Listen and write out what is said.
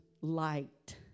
light